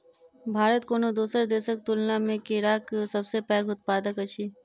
भारत कोनो दोसर देसक तुलना मे केराक सबसे पैघ उत्पादक अछि